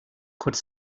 could